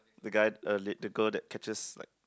the guy uh led the girl that catches like